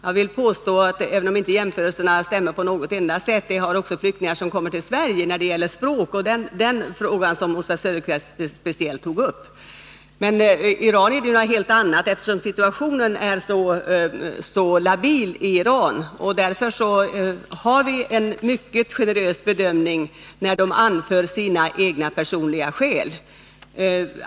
Jag vill påstå, även om jämförelsen inte alls stämmer på något enda sätt, att de flyktingar som kommer till Sverige har svårigheter när det gäller språket. Oswald Söderqvist tog speciellt upp den frågan. Men med iranierna är det något helt annat, eftersom situationen är så labil i Iran. Därför har vi en mycket generös bedömning när de anför sina egna personliga skäl.